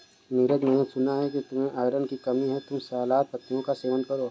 नीरज मैंने सुना कि तुम्हें आयरन की कमी है तुम सलाद पत्तियों का सेवन करो